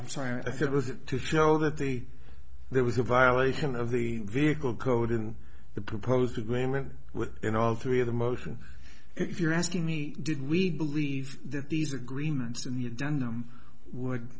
i'm sorry i said was to show that the there was a violation of the vehicle code in the proposed agreement with in all three of the motion if you're asking me did we believe that these agreements and done them would